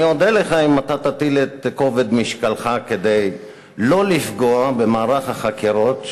אני אודה לך אם תטיל את כובד משקלך כדי שלא לפגוע במערך החקירות,